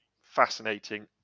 fascinating